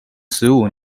十五